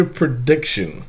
prediction